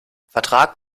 vertrag